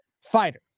fighter